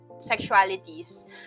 sexualities